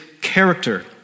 character